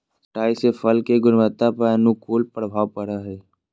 छंटाई से फल के गुणवत्ता पर अनुकूल प्रभाव पड़ो हइ